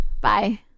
Bye